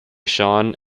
sean